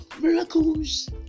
miracles